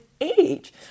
age